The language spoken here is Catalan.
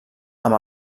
amb